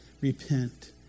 repent